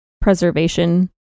preservation